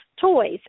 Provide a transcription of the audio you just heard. toys